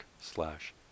slash